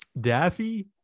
Daffy